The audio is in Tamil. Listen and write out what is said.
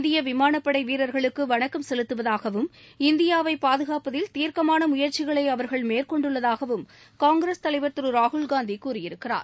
இந்திய விமானப்படை வீரர்களுக்கு வணக்கம் செலுத்துவதாகவும் இந்தியாவை பாதுகாப்பதில் தீர்க்கமான முயற்சிகளை அவர்கள் மேற்கொண்டுள்ளதாகவும் காங்கிரஸ் தலைவர் திரு ராகுல் காந்தி கூறியிருக்கிறார்